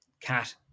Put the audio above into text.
cat